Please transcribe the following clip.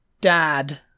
dad